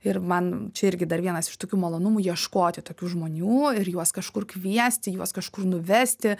ir man čia irgi dar vienas iš tokių malonumų ieškoti tokių žmonių ir juos kažkur kviesti juos kažkur nuvesti